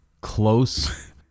close